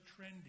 trendy